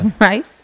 right